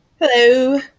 Hello